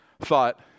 thought